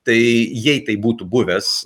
tai jei tai būtų buvęs